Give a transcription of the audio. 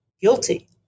guilty